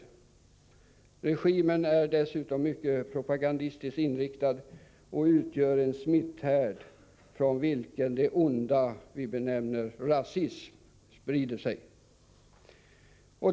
Regimen är dessutom mycket propagandistiskt inriktad och utgör en smitthärd från vilken det onda vi benämner rasism sprider sig.